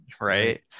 right